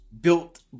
built